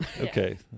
Okay